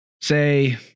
say